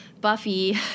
Buffy